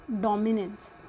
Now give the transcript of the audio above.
dominance